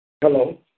Hello